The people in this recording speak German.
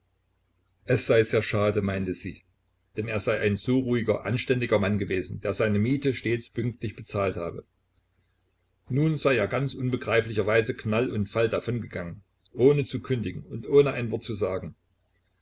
es sei sehr schade meinte sie denn er sei ein so ruhiger anständiger mann gewesen der seine miete stets pünktlich bezahlt habe nun sei er ganz unbegreiflicherweise knall und fall davongegangen ohne zu kündigen und ohne ein wort zu sagen